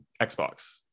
Xbox